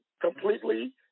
completely